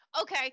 okay